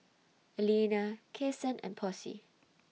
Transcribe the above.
Alena Kasen and Posey